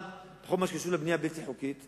אבל בכל מה שקשור לבנייה בלתי חוקית,